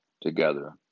together